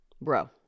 bro